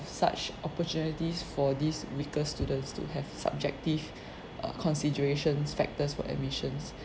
such opportunities for these weaker students to have subjective err considerations factors for admissions